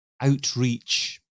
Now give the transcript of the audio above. outreach